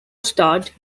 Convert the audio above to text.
starred